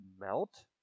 melt